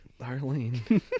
Darlene